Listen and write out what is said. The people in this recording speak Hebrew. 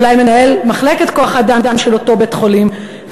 אולי מנהל מחלקת כוח-האדם של אותו בית-חולים.